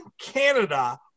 Canada